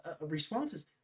responses